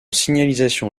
signalisation